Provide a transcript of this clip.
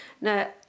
Now